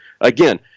again—